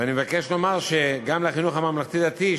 ואני מבקש לומר שגם לחינוך הממלכתי-דתי,